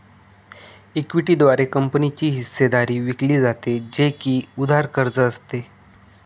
equity द्वारे कंपनीची हिस्सेदारी विकली जाते, जे की उधार कर्ज असते